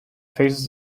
faces